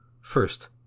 First